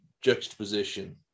juxtaposition